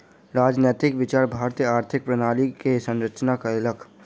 राजनैतिक विचार भारतीय आर्थिक प्रणाली के संरचना केलक